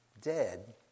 dead